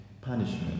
punishment